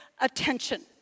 attention